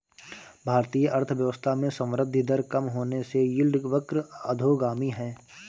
भारतीय अर्थव्यवस्था में संवृद्धि दर कम होने से यील्ड वक्र अधोगामी है